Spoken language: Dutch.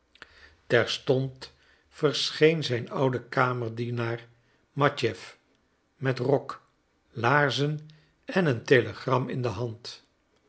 terstond verscheen zijn oude kamerdienaar matjeff met rok laarzen en een telegram in de hand